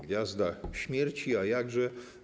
Gwiazda Śmierci, a jakże.